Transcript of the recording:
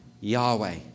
Yahweh